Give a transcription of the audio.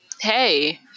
Hey